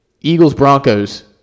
Eagles-Broncos